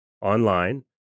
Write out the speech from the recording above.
online